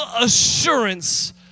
assurance